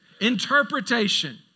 Interpretation